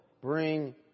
bring